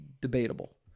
Debatable